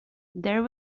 there